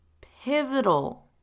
pivotal